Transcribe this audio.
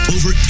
Over